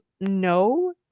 no